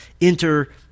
enter